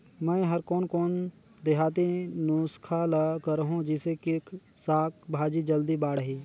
मै हर कोन कोन देहाती नुस्खा ल करहूं? जिसे कि साक भाजी जल्दी बाड़ही?